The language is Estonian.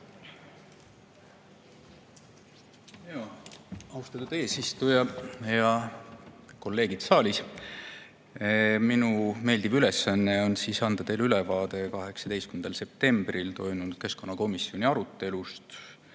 Austatud eesistuja! Head kolleegid saalis! Minu meeldiv ülesanne on anda teile ülevaade 18. septembril toimunud keskkonnakomisjoni arutelust,